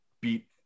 beat